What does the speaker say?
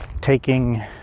Taking